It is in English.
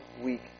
week